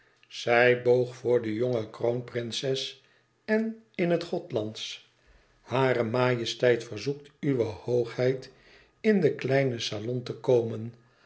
zij boog voor de jonge kroonprinses en in het gothlandsch hare majesteit verzoekt uwe hoogheid in den kleinen salon te komen